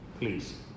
Please